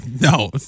No